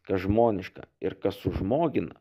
kas žmoniška ir kas sužmogina